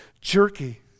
jerky